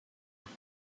were